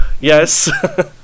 yes